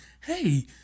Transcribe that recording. hey